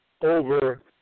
over